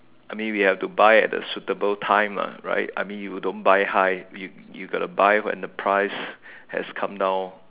I mean we have to buy at a suitable time lah right I mean you don't buy high you you gotta buy when the price has calm down